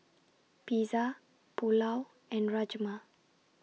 Pizza Pulao and Rajma